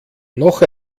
noch